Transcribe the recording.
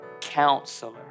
counselor